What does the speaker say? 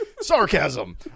Sarcasm